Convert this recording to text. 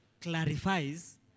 Clarifies